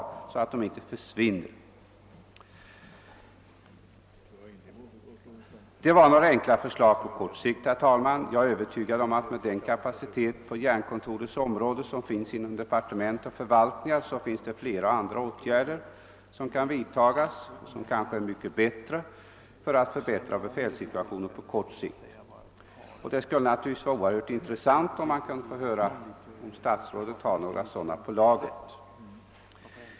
Det var som sagt några enkla förslag på kort sikt. Jag är övertygad om att med den kapacitet på hjärnkontorets område som finns inom departementet och förvaltningarna finns det flera och andra åtgärder som kan vidtagas för att förbättra befälssituationen på kort sikt. Det skulle vara oerhört intressant att få höra om statsrådet har några på lager.